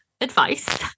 advice